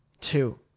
Two